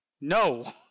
No